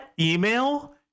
email